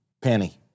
penny